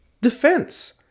defense